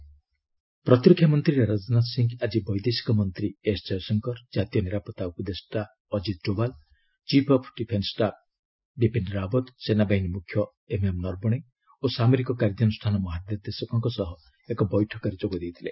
Rajnath meeting ପ୍ରତିରକ୍ଷା ମନ୍ତ୍ରୀ ରାଜନାଥ ସିଂହ ଆଜି ବୈଦେଶିକ ମନ୍ତ୍ରୀ ଏସ୍ ଜୟଶଙ୍କର କାତୀୟ ନିରାପତ୍ତା ଉପଦେଷ୍ଟା Ajit Doval chief of defence staff Bipin Rawat ସେନାବାହିନୀ ମୁଖ୍ୟ ଏମ୍ଏମ୍ ନରବଣେ ଓ ସାମରିକ କାର୍ଯ୍ୟାନୁଷ୍ଠାନ ମହାନିର୍ଦ୍ଦେଶକଙ୍କ ସହ ଏକ ବୈଠକରେ ଯୋଗ ଦେଇଥିଲେ